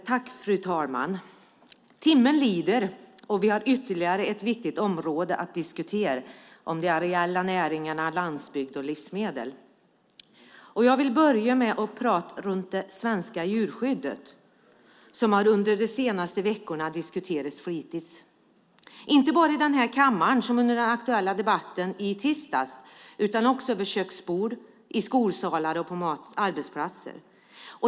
Fru ålderspresident! Timmen lider, och vi har ytterligare ett viktigt område att diskutera: areella näringar, landsbygd och livsmedel. Jag vill börja med att prata om det svenska djurskyddet, som under de senaste veckorna har diskuterats flitigt, som under den aktuella debatten i tisdags, men inte bara i denna kammare, utan också över köksbord, i skolsalar och på arbetsplatser.